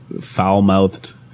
foul-mouthed